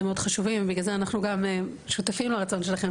הם מאוד חשובים ובגלל זה אנחנו גם שותפים לרצון האלה,